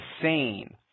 insane